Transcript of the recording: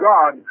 God